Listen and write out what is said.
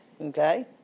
Okay